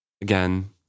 Again